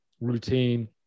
routine